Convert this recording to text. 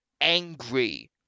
angry